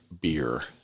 beer